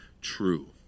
true